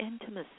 intimacy